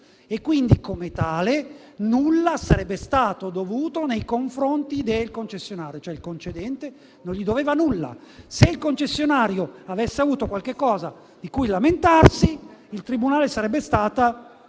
e quindi, come tale, nulla sarebbe stato dovuto nei confronti del concessionario, cioè il concedente non gli doveva nulla. Se il concessionario avesse avuto qualche cosa di cui lamentarsi, il tribunale sarebbe stato la